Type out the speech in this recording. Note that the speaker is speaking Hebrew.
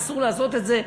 אסור לעשות את זה.